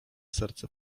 serce